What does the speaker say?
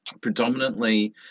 predominantly